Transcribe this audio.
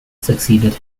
succeeded